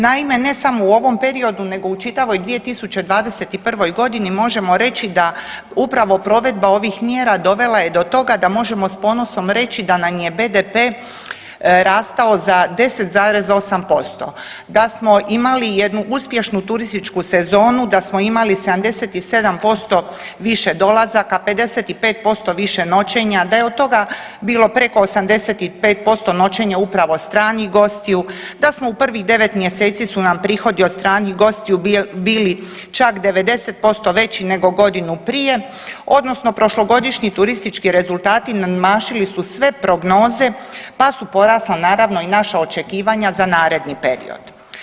Naime, ne samo u ovom periodu nego u čitavoj 2021. g. možemo reći da upravo provedba ovih mjera dovela je do toga da možemo s ponosom reći da nam je BDP rastao za 10,8%, da smo imali jednu uspješnu turističku sezonu, da smo imali 77% više dolazaka, 55% više noćenja, da je od toga bilo preko 85% noćenja upravo stranih gostiju, da smo u prvih 9 mjeseci su nam prihodi od stranih gostiju bili čak 90% veći nego godinu prije, odnosno prošlogodišnji turistički rezultati nadmašili su sve prognoze pa su porasla, naravno i naša očekivanja za naredni period.